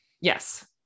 Yes